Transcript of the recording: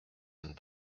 and